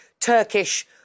Turkish